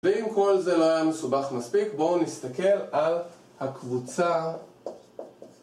ואם כל זה לא היה מסובך מספיק בואו נסתכל על הקבוצה